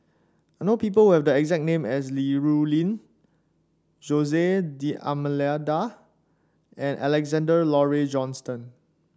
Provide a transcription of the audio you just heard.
I know people who have the exact name as Li Rulin Jose D Almeida and Alexander Laurie Johnston